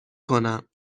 کنم